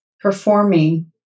performing